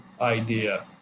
idea